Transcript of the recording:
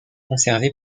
conservé